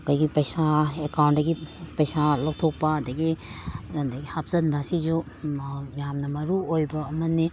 ꯑꯩꯈꯣꯏꯒꯤ ꯄꯩꯁꯥ ꯑꯦꯀꯥꯎꯟꯗꯒꯤ ꯄꯩꯁꯥ ꯂꯧꯊꯣꯛꯄ ꯑꯗꯒꯤ ꯑꯗꯒꯤ ꯍꯥꯞꯆꯟꯕ ꯁꯤꯁꯨ ꯌꯥꯝꯅ ꯃꯔꯨ ꯑꯣꯏꯕ ꯑꯃꯅꯤ